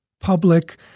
public